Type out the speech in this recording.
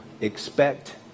expect